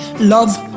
Love